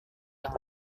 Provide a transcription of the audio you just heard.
yang